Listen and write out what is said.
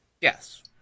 Yes